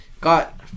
got